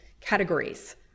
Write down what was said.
categories